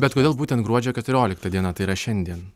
bet kodėl būtent gruodžio keturiolikta diena tai yra šiandien